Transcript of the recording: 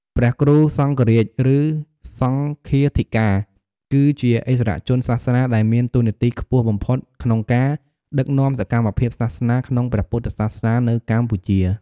ព្រះគ្រូសង្ឃរាជ ឬ សង្ឃាធិការ គឺជាឥស្សរជនសាសនាដែលមានតួនាទីខ្ពស់បំផុតក្នុងការ ដឹកនាំសកម្មភាពសាសនា ក្នុងព្រះពុទ្ធសាសនានៅកម្ពុជា។